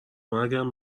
مرگم